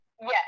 Yes